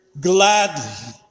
gladly